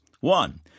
One